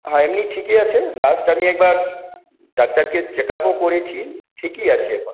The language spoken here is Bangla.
হ্যাঁ এমনি ঠিকই আছে লাস্ট আমি একবার ডাক্তারকে চেকআপও করেছি ঠিকই আছি এখন